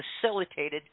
facilitated